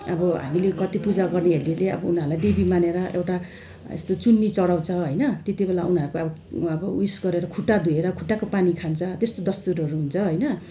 अब हामीले कति पूजा गर्नेहरूले अब उनीहरूलाई देवी मानेर एउटा यस्तो चुन्नी चढाउँछौँ होइन त्यति बेला उनीहरूको अब अब उयस गरेर खुट्टा धोएर खुट्टाको पानी खान्छ त्यस्तो दस्तुरहरू हुन्छ होइन